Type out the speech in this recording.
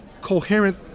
coherent